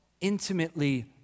intimately